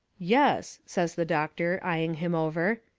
yes, says the doctor, eying him over,